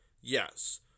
yes